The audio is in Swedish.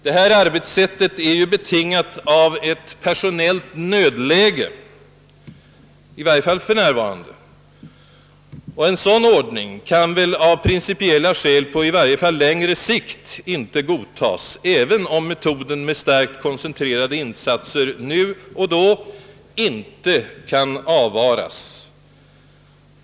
Detta arbetssätt är betingat av ett personellt nödläge, i varje fall för närvarande, och en sådan ordning kan väl av principiella skäl i varje fall inte godtas på längre sikt, även om metoden med starkt koncentrerade insatser då och då inte bör lämnas oprövad ens vid ökade personalresurser.